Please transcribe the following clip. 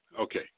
Okay